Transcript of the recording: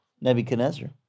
Nebuchadnezzar